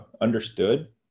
understood